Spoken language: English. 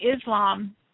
Islam